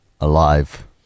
Alive